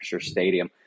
Stadium